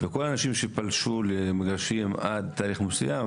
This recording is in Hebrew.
וכל האנשים שפלשו למגרשים עד לתאריך מסוים,